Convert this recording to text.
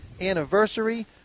anniversary